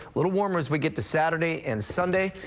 little warmer as we get to saturday and sunday.